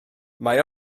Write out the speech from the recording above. mae